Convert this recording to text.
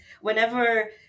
whenever